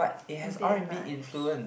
a bit much